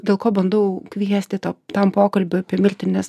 dėl ko bandau kviesti to tam pokalbiui apie mirtį nes